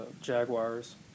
Jaguars